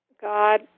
God